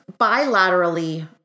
bilaterally